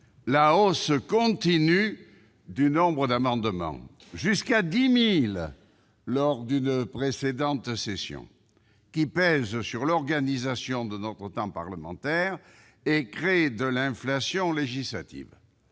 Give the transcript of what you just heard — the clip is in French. une hausse continue du nombre d'amendements- jusqu'à 10 000 lors d'une précédente session -, ce qui pèse sur l'organisation de notre temps parlementaire et crée de l'inflation législative.